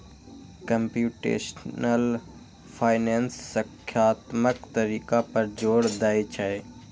computational finance संख्यात्मक तरीका पर जोर दै छै